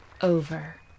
over